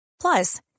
Plus